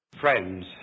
Friends